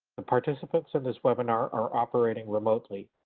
ah participants in this webinar are operating remotely.